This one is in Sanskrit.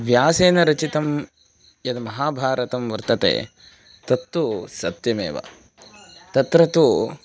व्यासेन रचितं यद् महाभारतं वर्तते तत्तु सत्यमेव तत्र तु